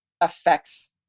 affects